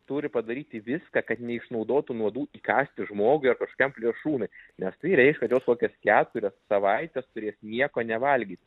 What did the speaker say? turi padaryti viską kad neišnaudotų nuodų įkąsti žmogui ar kažkokiam plėšrūnui nes tai reikš kad jos kokias keturias savaites turės nieko nevalgyt